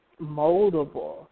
moldable